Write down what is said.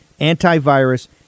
antivirus